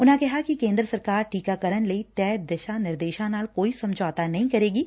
ਉਨਾਂ ਕਿਹਾ ਕਿ ਕੇ'ਦਰ ਸਰਕਾਰ ਟੀਕਾਰਨ ਲਈ ਤੈਅ ਦਿਸ਼ਾ ਨਿਰਦੇਸ਼ਾ ਨਾਲ ਕੋਈ ਸਮਝੌਤਾ ਨਹੀ' ਕਰੇਗੀ